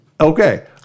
Okay